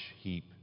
heap